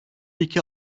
iki